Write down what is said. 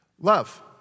Love